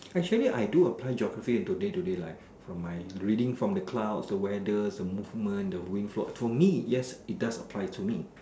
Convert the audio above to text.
actually I do apply geography in today today life from my reading from the cloud the weather the wind flow for me yes it does apply to me